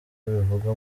bivuga